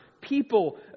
people